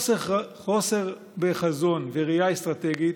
וחוסר בחזון וראייה אסטרטגית,